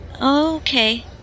Okay